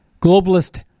globalist